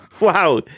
Wow